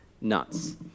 nuts